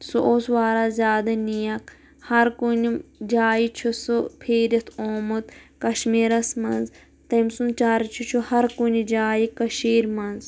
سُہ اوس واریاہ زِیادٕ نیک ہَر کُنہِ جایہِ چھُ سُہ پھیٖرِتھ آمُت کَشمیٖرَس مَنٛز تٔمۍ سُنٛد چرچہِ چھُ ہَر کُںہِ جایہِ کَشیٖر مَنٛز